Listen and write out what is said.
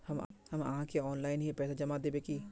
हम आहाँ के ऑनलाइन ही पैसा जमा देब की?